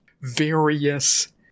various